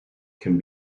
can